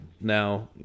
now